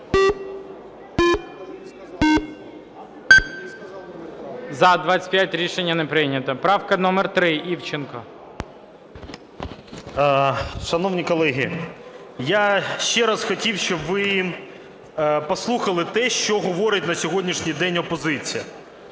За-25 Рішення не прийнято. Правка номер 3, Івченко. 16:03:41 ІВЧЕНКО В.Є. Шановні колеги, я ще раз хотів, щоб ви послухали те, що говорить на сьогоднішній день опозиція.